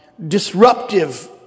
disruptive